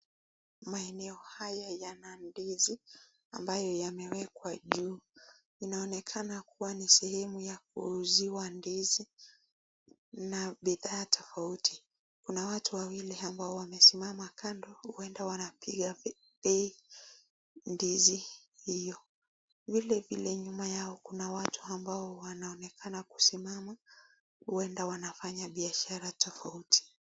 Maeneo haya yana ndizi ambayo yamewekwa juu. Inaonekana kuwa ni sehemu ya kuuziwa ndizi na bidhaa tofauti. Kuna watu wawili ambao wamesimama kando, huenda wanapiga bei ndizi hiyo. Vilevile, nyuma yao kuna watu ambao wanaonekana kusimama, huenda wanafanya biashara tofauti.